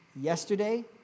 yesterday